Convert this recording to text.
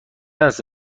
است